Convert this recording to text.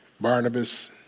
Barnabas